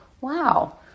Wow